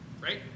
right